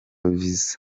viza